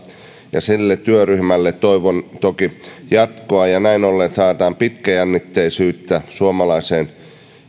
ja sille työryhmälle toivon toki jatkoa näin ollen saadaan pitkäjännitteisyyttä suomalaiseen